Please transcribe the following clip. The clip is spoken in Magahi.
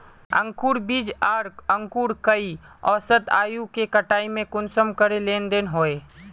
अंकूर बीज आर अंकूर कई औसत आयु के कटाई में कुंसम करे लेन देन होए?